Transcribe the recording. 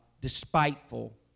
Despiteful